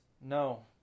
No